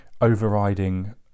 overriding